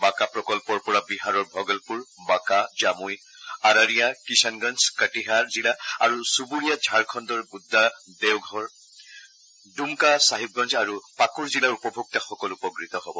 বাঁকা প্ৰকল্পৰ পৰা বিহাৰৰ ভগলপুৰ বাঁকা জামই আৰাৰিয়া কিষাণগঞ্জ কাটিহাৰ জিলা আৰু চুবুৰীয়া ঝাৰখণ্ডৰ গোদ্দা দেওঘৰ ডুমকা চাহিবগঞ্জ আৰু পাকুৰ জিলাৰ উপভোক্তাসকল উপকৃত হ'ব